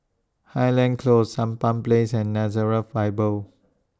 Highland Close Sampan Place and Nazareth Bible